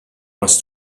was